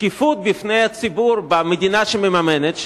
שקיפות בפני הציבור במדינה שמממנת,